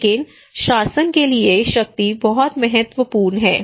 लेकिन शासन के लिए शक्ति बहुत महत्वपूर्ण है